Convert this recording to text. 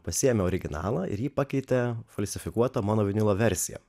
pasiėmė originalą ir jį pakeitė falsifikuota mano vinilo versija